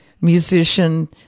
musician